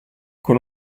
con